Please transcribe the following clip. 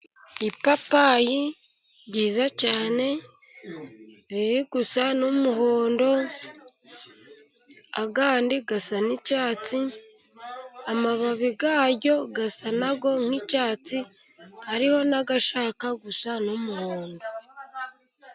Ipapayi ryiza cyane riri gusa n'umuhondo, ayandi asa n'icyatsi. Amababi yaryo asa nayo nk'icyatsi, hariho n'agashaka gusa n'umuhondo.